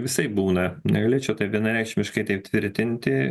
visaip būna negalėčiau vienareikšmiškai tvirtinti